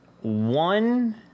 one